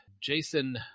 Jason